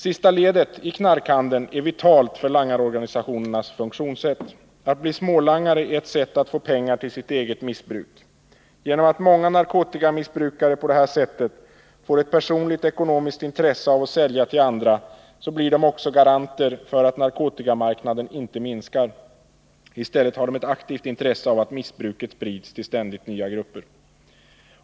Sista ledet i knarkhandeln är vitalt för langarorganisationernas funktionssätt. Att bli smålangare är ett sätt att få pengar till sitt eget missbruk. Genom att många narkotikamissbrukare på det här sättet får ett personligt ekonomiskt intresse av att sälja till andra blir de också garanter för att narkotikamarknaden inte minskar. I stället har de ett aktivt intresse av att missbruket sprids till ständigt nya grupper.